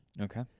Okay